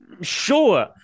sure